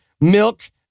milk